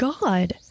god